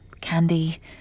candy